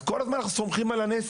אז כל הזמן אנחנו סומכים על הנס.